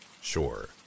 sure